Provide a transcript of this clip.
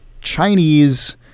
Chinese